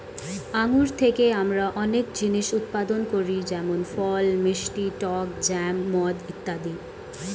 আঙ্গুর থেকে আমরা অনেক জিনিস উৎপাদন করি যেমন ফল, মিষ্টি, টক জ্যাম, মদ ইত্যাদি